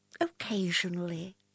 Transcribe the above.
occasionally